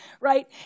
Right